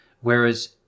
whereas